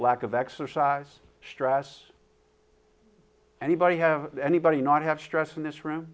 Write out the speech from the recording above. lack of exercise stress anybody have anybody not have stress in this room